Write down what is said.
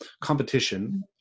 Competition